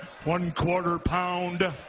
one-quarter-pound